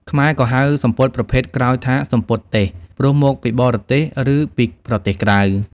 ខ្មែរក៏ហៅសំពត់ប្រភេទក្រោយថា «សំពត់ទេស» (ព្រោះមកពីបរទេសឬពីប្រទេសក្រៅ)។